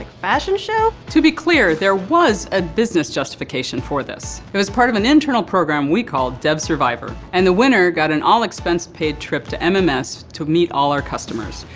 fashion show? to be clear, there was a business justification for this. it was part of an internal program we called dev survivor and the winner got an all expense paid trip to um um mms to meet all our customers.